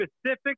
specific